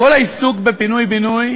כל העיסוק בפינוי-בינוי